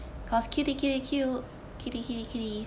because kitty kitty cute kitty kitty kitty